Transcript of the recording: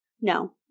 No